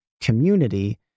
community